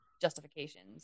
justifications